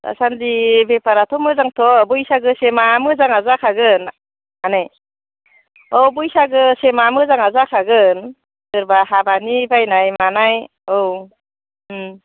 दासान्दि बेफाराथ' मोजांथ' बैसागोसिमा मोजाङा जाखागोन आनै औ बैसागोसिमा मोजाङा जाखागोन सोरबा हाबानि बायनाय मानाय औ उम